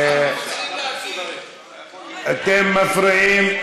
אתם מפריעים.